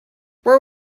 where